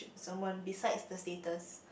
someone besides the status